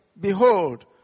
behold